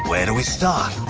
where do we start?